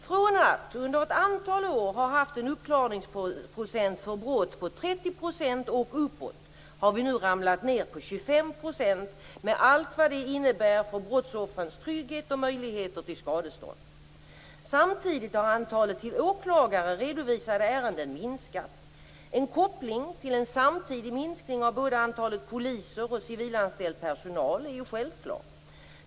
Från att under ett antal år haft en uppklarningsprocent för brott på 30 % och uppåt har vi nu ramlat ned på 25 % med allt vad det innebär för brottsoffrens trygghet och möjligheter till skadestånd. Samtidigt har antalet till åklagare redovisade ärenden minskat. En koppling till en samtidig minskning av både antalet poliser och civilanställd personal är självklar.